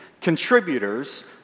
contributors